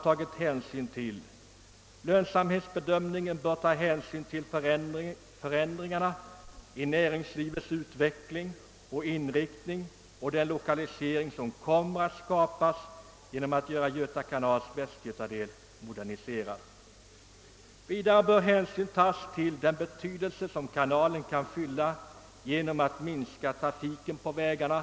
Vid en lönsamhetsbedömning bör hänsyn tas till förändringarna i näringslivets utveckling och inriktning samt till den lokalisering som kommer att skapas om Göta kanals västgötadel moderniseras. Vidare bör hänsyn tagas till den betydelse som kanalen kan fylla genom en minskning av trafiken på vägarna.